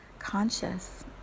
conscious